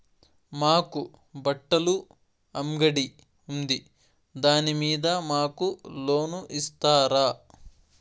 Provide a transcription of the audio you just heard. మాకు బట్టలు అంగడి ఉంది దాని మీద మాకు లోను ఇస్తారా